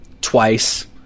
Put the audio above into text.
twice